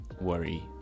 worry